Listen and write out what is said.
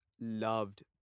Loved